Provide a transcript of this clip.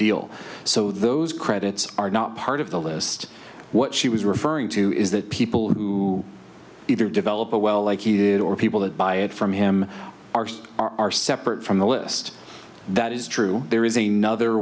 deal so those credits are not part of the list what she was referring to is that people who either develop a well like he did or people that buy it from him arse are separate from the list that is true there is a nother